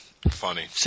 Funny